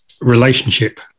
relationship